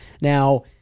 Now